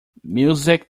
music